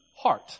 heart